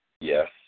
Yes